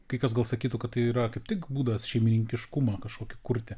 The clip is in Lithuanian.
kai kas gal sakytų kad tai yra kaip tik būdas šeimininkiškumą kažkokį kurti